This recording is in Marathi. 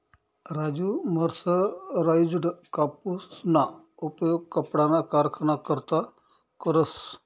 राजु मर्सराइज्ड कापूसना उपयोग कपडाना कारखाना करता करस